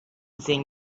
seeing